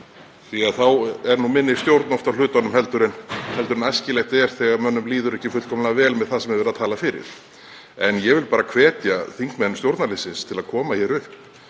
því að þá er minni stjórn oft á hlutunum heldur en æskilegt er þegar mönnum líður ekki fullkomlega vel með það sem er verið að tala fyrir. En ég vil bara hvetja þingmenn stjórnarliðsins til að koma hér upp